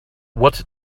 what